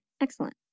Excellent